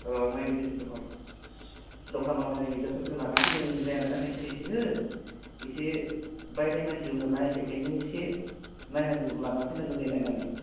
औ आं नायगिरगासिनो दङ र' दखानाव मोननाय बिजाबफोरखो लाना फैनाय जाया आरोना खायसे खायसेखो एसे बायनाय मानसियाव मोना बेखायनो एसे नायनांगौ लानानै फैनांगौ जायो नायनानै